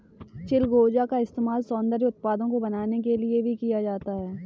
चिलगोजा का इस्तेमाल सौन्दर्य उत्पादों को बनाने के लिए भी किया जाता है